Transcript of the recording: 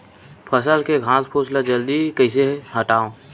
फसल के घासफुस ल जल्दी कइसे हटाव?